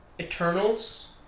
Eternals